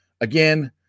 again